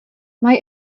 mae